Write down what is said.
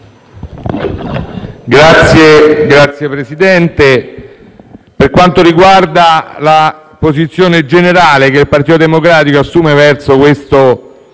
Signor Presidente, per quanto riguarda la posizione generale che il Partito Democratico assume verso il